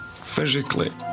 physically